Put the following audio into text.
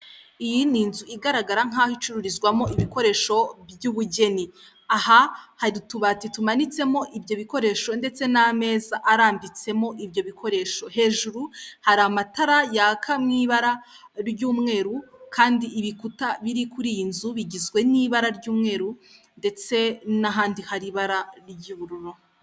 Iyi ni inzu igaragara nk'aho icururizwamo ibikoresho by'ubugeni, aha hari utubati tumanitsemo ibyo bikoresho ndetse n'ameza arambitsemo ibyo bikoresho, hejuru hari amatara yaka mu ibara ry'umweru kandi ibikuta biri kuri iyi nzu bigizwe n'ibara ry'umweru ndetse n'ahandi hari ibara ry'ubururu.